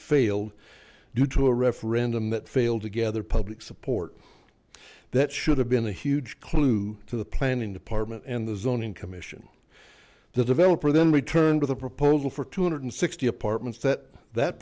failed due to a referendum that failed together public support that should have been a huge clue to the planning department and the zoning commission the developer then returned with a proposal for two hundred sixty apartments that that